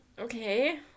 Okay